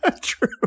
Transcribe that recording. True